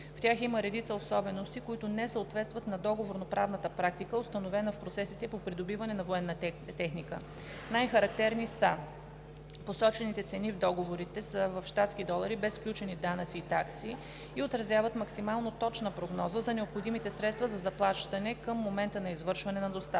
В тях има редица особености, които не съответстват на договорно-правната практика, установена в процесите по придобиване на военна техника. Най-характерни са: - посочените цени в договорите са в щатски долари, без включени данъци и такси, и отразяват максимално точна прогноза за необходимите средства за заплащане към момента на извършване на доставката.